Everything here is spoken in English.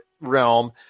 realm